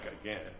again